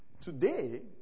today